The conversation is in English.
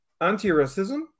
anti-racism